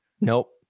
Nope